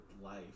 life